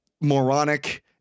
moronic